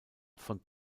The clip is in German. von